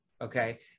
Okay